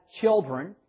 children